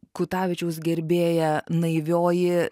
kutavičiaus gerbėja naivioji